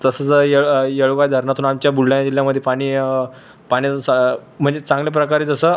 तसं जं येळ येळवा धरणातून आमच्या बुलढाणा जिल्ह्यामध्ये पाणी पाण्याचा सा म्हणजे चांगल्या प्रकारे जसं